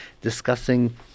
discussing